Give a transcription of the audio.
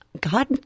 God